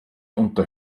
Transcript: unter